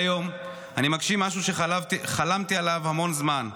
היום אני מגשים משהו שחלמתי עליו המון זמן,